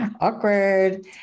awkward